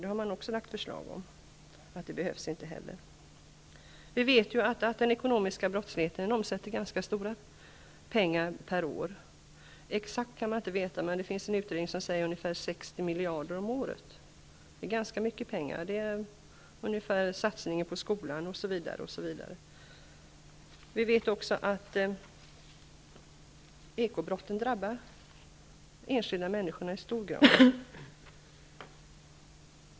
Regeringen anser att det inte heller behövs. Vi vet att den ekonomiska brottsligheten omsätter ganska stora pengar per år. Man vet inte exakt hur mycket, men enligt en utredning är det ungefär 60 miljarder om året. Det är ungefär lika mycket pengar som satsas på skolan, osv. Vi vet också att ekobrotten i hög grad drabbar enskilda människor.